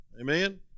Amen